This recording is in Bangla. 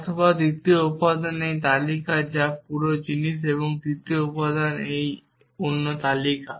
অথবা দ্বিতীয় উপাদান এই তালিকা যা এই পুরো জিনিস এবং তৃতীয় উপাদান এই অন্য তালিকা